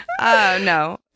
no